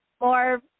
more